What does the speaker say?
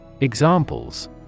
Examples